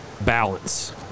balance